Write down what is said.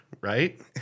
right